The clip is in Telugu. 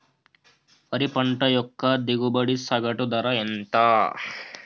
వరి పంట యొక్క దిగుబడి సగటు ధర ఎంత?